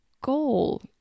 goal